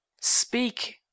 Speak